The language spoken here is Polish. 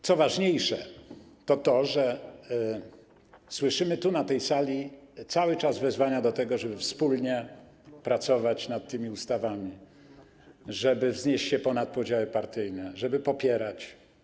Ale co ważniejsze to to, że słyszymy tu, na tej sali, cały czas wezwania do tego, żeby wspólnie pracować nad ustawami, żeby wznieść się ponad podziały partyjne, żeby te ustawy popierać.